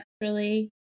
naturally